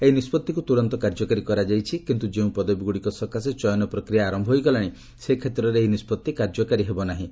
ଏହି ନିଷ୍ପଭିକୁ ତୁରନ୍ତ କାର୍ଯ୍ୟକାରୀ କରାଯାଇଛି କିନ୍ତୁ ଯେଉଁ ପଦବୀଗୁଡ଼ିକ ସକାଶେ ଚୟନ ପ୍ରକ୍ରିୟା ଆରମ୍ଭ ହୋଇଗଲାଶି ସେ କ୍ଷେତ୍ରରେ ଏହି ନିଷ୍ପଭି କାର୍ଯ୍ୟକାରି କରାଯିବ ନାହିଁ